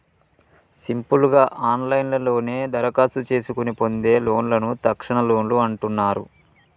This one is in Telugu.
సింపుల్ గా ఆన్లైన్లోనే దరఖాస్తు చేసుకొని పొందే లోన్లను తక్షణలోన్లు అంటున్నరు